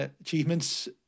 Achievements